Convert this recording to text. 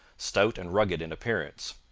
stout and rugged in appearance.